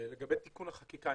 לגבי תיקון החקיקה,